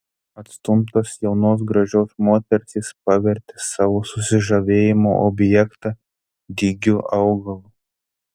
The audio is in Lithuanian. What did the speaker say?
atstumtas jaunos gražios moters jis pavertė savo susižavėjimo objektą dygiu augalu